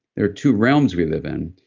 there are two realms we live in.